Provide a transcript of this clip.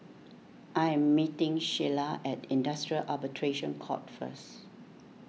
I am meeting Sheilah at Industrial Arbitration Court first